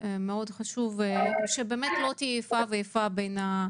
חשוב שבאמת לא תהיה איפה ואיפה בין הסניפים.